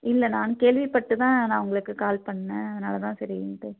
இல்லை நானும் கேள்விப்பட்டு தான் நான் உங்களுக்கு கால் பண்ணேன் அதனால் தான் சரின்ட்டு